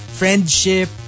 friendship